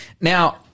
Now